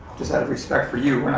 just out of respect for you.